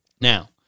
Now